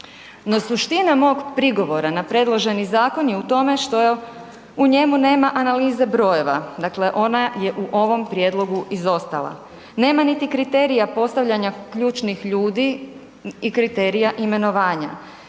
No suština mog prigovora na predloženi zakon je u tome što u njemu nema analize brojeva, dakle ona je u ovom prijedlogu izostala. Nema niti kriterija postavljanja ključnih ljudi i kriterija imenovanja.